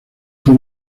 fue